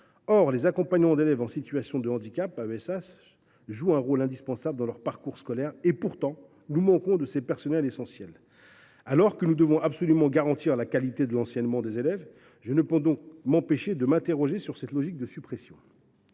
établissements scolaires. Les AESH jouent un rôle indispensable dans leur parcours scolaire ; pourtant, nous manquons de ces personnels essentiels. Alors que nous devons absolument garantir la qualité de l’enseignement des élèves, je ne peux m’empêcher de m’interroger sur cette logique de suppression.